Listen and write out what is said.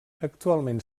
actualment